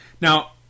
Now